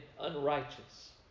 unrighteous